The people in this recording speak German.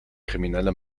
kriminelle